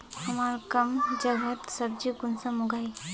हमार कम जगहत सब्जी कुंसम उगाही?